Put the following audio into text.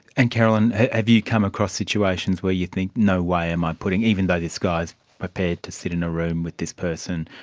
and carolyn, have you come across situations where you think, no way am i putting, even though this guy's prepared to sit in a room with this person,